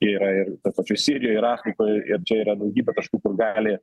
jie yra ir tuo pačiu sirijoj ir afrikoj ir čia yra daugybė taškų kur gali